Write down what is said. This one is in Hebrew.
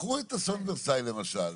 קחו את אסון ורסאי למשל.